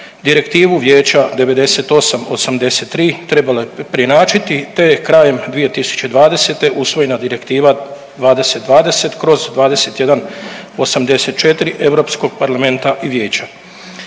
Direktivu Vijeća 98/83 trebalo je preinačiti te je krajem 2020. usvojene Direktiva 2020/2184 Europskog parlamenta i Vijeća.